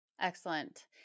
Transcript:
Excellent